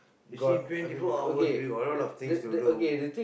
you see twenty four hours we got a lot of things to do